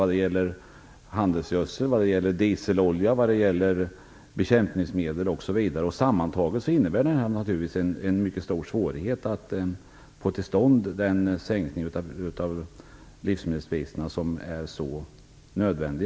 Det gäller handelsgödsel, dieselolja, bekämpningsmedel osv. Sammantaget innebär detta naturligtvis en mycket stor svårighet att få till stånd den sänkning av livsmedelspriserna som är så nödvändig.